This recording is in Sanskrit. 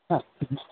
हस्